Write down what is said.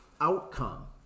outcome